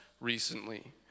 recently